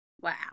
Wow